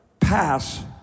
pass